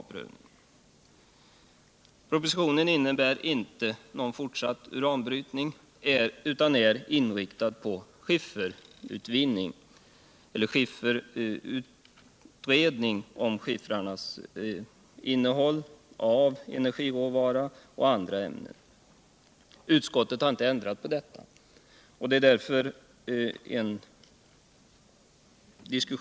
Energiforskning, 200 Propositionen innebär inte någon fortsatt uranbrytning utan verksamheten är inriktad på utredning av skiffrarnas innehåll av energirävara och andra ämnen. Utskottet har inte ändrat på detta innehåll i propositionen.